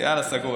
יאללה, סגור.